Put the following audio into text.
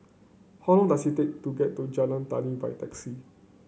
how long does it take to get to Jalan Tani by taxi